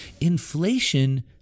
Inflation